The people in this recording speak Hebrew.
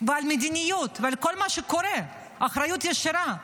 ולמדיניות ולכל מה שקורה, אחריות ישירה.